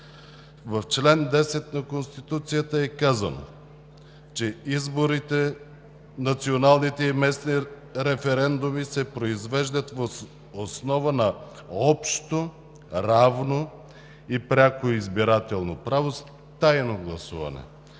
В чл. 10 на Конституцията е казано, че „изборите, националните и местни референдуми се произвеждат въз основа на общо, равно и пряко избирателно право с тайно гласуване“.